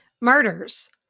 murders